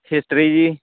history ਜੀ